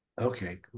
Okay